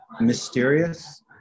mysterious